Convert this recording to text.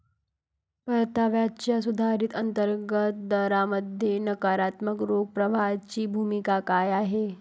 परताव्याच्या सुधारित अंतर्गत दरामध्ये नकारात्मक रोख प्रवाहाची भूमिका काय आहे?